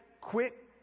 quit